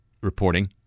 reporting